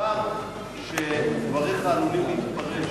מאחר שדבריך עלולים להתפרש